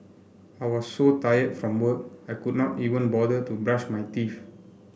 I was so tired from work I could not even bother to brush my teeth